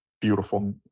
Beautiful